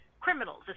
criminals